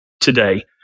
today